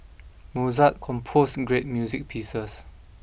Mozart composed great music pieces